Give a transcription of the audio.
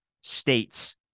states